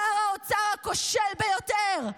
שר האוצר הכושל ביותר.